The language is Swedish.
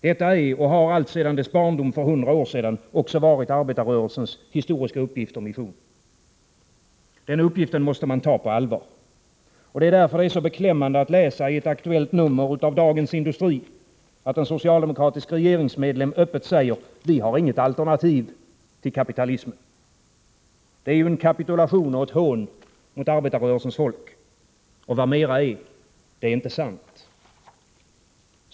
Detta är och har alltsedan dess barndom för hundra år sedan också varit arbetarrörelsens historiska uppgift och mission. Den uppgiften måste man ta på allvar. Det är därför så beklämmande att läsa i ett aktuellt nummer av Dagens Industri, att en socialdemokratisk regeringsmedlem öppet säger: ”Vi har inget alternativ till kapitalismen.” Det är ju en kapitulation och ett hån mot arbetarrörelsens folk. Och vad mera är — det är inte sant.